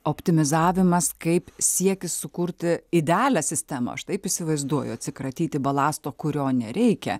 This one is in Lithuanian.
optimizavimas kaip siekis sukurti idealią sistemą aš taip įsivaizduoju atsikratyti balasto kurio nereikia